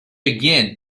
again